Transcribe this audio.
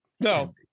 No